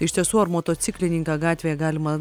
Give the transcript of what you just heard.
iš tiesų ar motociklininką gatvėje galima